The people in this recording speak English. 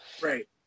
Right